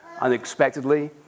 unexpectedly